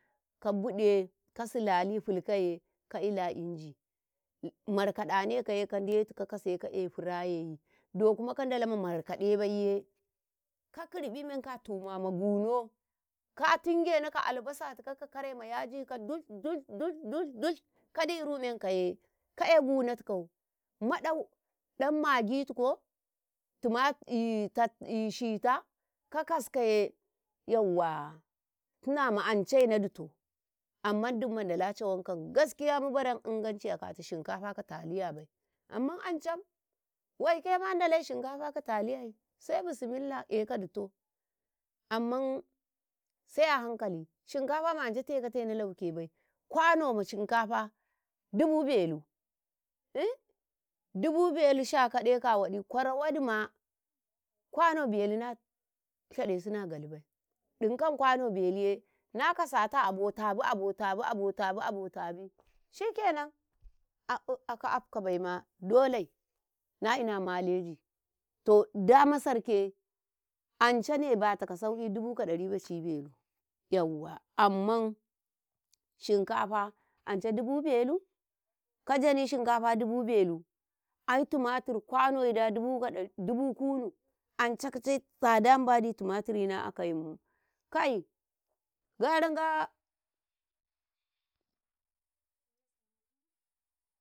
﻿ka bide, ka silah fulkaye ka ilea inji ka markaɗanekaye ka Ndetu ka kase ka'e firiyinyi, do kuma ka Ndalau ma markadebaiye ka kirbi menka atuma ma gumo ka tingeno ka albasatikau ka kare ma yayi dush-dush -dush, dush ka diru menkaye ka'e gunotikau maɗau, dan magitiko timatir shita ka kaskaye yauwa tina ma'an ce na dutu amman dun Mdala cawan kan gaskiya muban inganci aka shinkafa ka taliyabai amman anca waikema Ndalka shinkafa ka taliya sai bissmillah e kadutu amman sai a hankali shinkafa ma ance tekate na laukebai kwano ma shinkafa dubu belu iihn dubu belu shakadeka waɗi kwaro walima kwaro belu na, shaɗesune a galibai dinkan kwano beluye na kasata abo tabi abo tabi abotabi, abotabi shikenan ka afkabaima dole na ina maleji to damasarke ance bata ka sauki dubu ɗari bacibelu, yauwa amman shinkafa ance dubu belu, kajari shinkafa dubu belu, ai timatir kwanoyi da dubu ka kunu anca kicai tsadsa mbandi timatiryi na akai kai garo Nga.